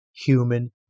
human